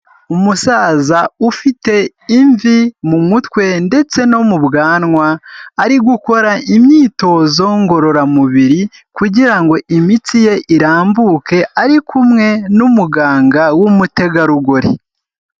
Umusaza ufite imvi mu mutwe ndetse no mu bwanwa ari gukora imyitozo ngororamubiri kugira ngo imitsi ye irambuke ari kumwe n'umuganga w'umutegarugori.